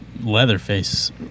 Leatherface